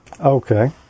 Okay